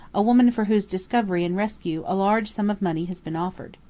a woman for whose discovery and rescue, a large sum of money has been offered.